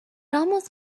almost